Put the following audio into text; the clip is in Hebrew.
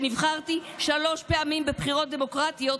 שנבחרתי שלוש פעמים בבחירות דמוקרטיות,